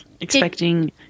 expecting